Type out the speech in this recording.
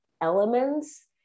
elements